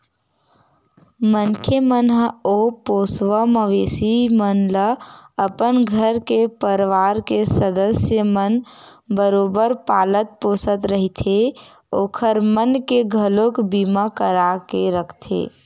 मनखे मन ह ओ पोसवा मवेशी मन ल अपन घर के परवार के सदस्य मन बरोबर पालत पोसत रहिथे ओखर मन के घलोक बीमा करा के रखथे